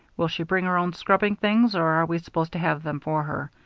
will she bring her own scrubbing things, or are we supposed to have them for her?